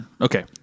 Okay